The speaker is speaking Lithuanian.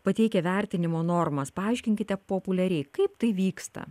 pateikia vertinimo normas paaiškinkite populiariai kaip tai vyksta